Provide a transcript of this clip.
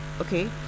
Okay